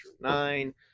nine